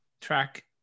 track